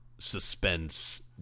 suspense